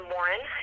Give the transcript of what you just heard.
Warren